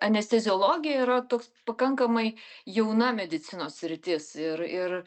anesteziologija yra toks pakankamai jauna medicinos sritis ir ir